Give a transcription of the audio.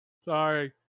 sorry